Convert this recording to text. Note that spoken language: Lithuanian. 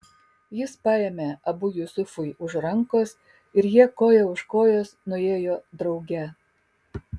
jis paėmė abu jusufui už rankos ir jie koja už kojos nuėjo drauge